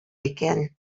икән